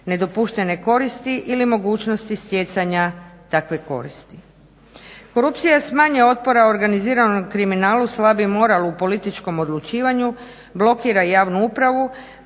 nedopuštene koristi ili mogućnosti stjecanja takve koristi. Korupcija s manje otpora organiziranog kriminala slabi moral u političkom odlučivanju, blokira javnu upravu,